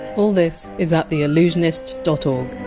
all this is at theallusionist dot o